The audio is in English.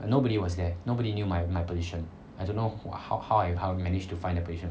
and nobody was there nobody knew my my position I don't know how how and how she manage to find that position